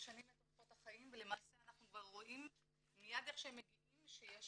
שמשנים את אורחות החיים ולמעשה אנחנו כבר רואים מיד כשהם מגיעים שיש